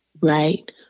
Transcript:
right